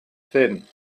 thin